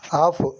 off